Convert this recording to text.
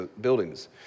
buildings